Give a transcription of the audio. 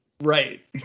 Right